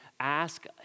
ask